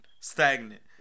Stagnant